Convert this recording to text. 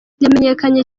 yamenyekanye